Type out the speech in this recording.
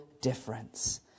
difference